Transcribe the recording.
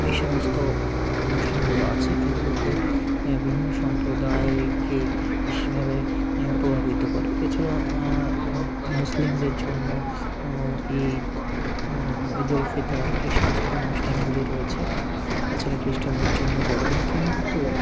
এই সমস্ত অনুষ্ঠানগুলো আছে এইগুলোতে বিভিন্ন সম্প্রদায়কে বিশেষভাবে প্রভাবিত করে এছাড়াও মুসলিমদের জন্য ঈদ ঈদ উল ফিতর এই সমস্ত অনুষ্ঠানগুলি রয়েছে তাছাড়া খ্রিস্টানদের জন্য বড়দিন কিন্তু